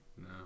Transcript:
No